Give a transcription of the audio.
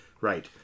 Right